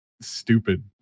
stupid